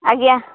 ଆଜ୍ଞା